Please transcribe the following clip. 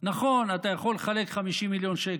נכון, אתה יכול לחלק 50 מיליון שקל.